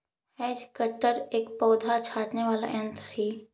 hedge cutter एक पौधा छाँटने वाला यन्त्र ही